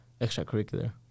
extracurricular